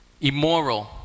immoral